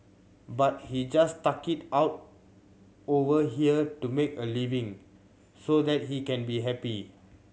but he just stuck it out over here to make a living so that he can be happy